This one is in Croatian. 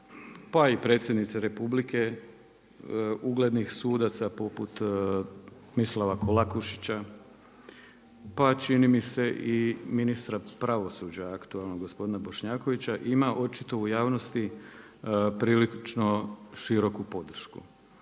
pa i predsjednice Republike, uglednih sudaca poput Mislava Kolakušića, pa čini mi se i ministra pravosuđa, aktualnog gospodina Bošnjakovića, ima očito u javnosti prilično široku podršku.